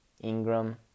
Ingram